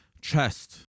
chest